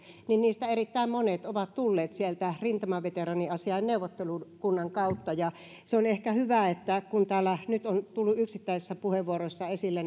ja niistä erittäin monet ovat tulleet sieltä rintamaveteraaniasiain neuvottelukunnan kautta että on ehkä hyvä että kun täällä nyt on tullut yksittäisissä puheenvuoroissa esille